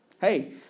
hey